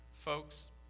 Folks